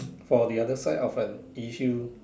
for the other side of an issue